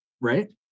Right